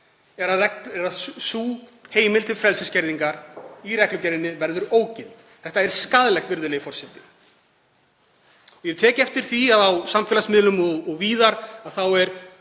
er að sú heimild til frelsisskerðingar í reglugerðinni verður ógild. Það er skaðlegt, virðulegi forseti. Ég hef tekið eftir því að á samfélagsmiðlum og víðar er